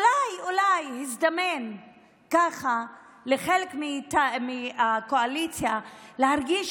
אולי אולי הזדמן לחלק מהקואליציה להרגיש